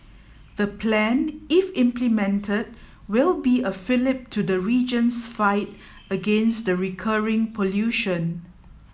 the plan if implemented will be a fillip to the region's fight against the recurring pollution